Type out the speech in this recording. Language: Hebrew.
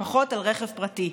ופחות על רכב פרטי.